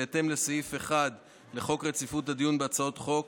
בהתאם לסעיף 1 לחוק רציפות הדיון בהצעות חוק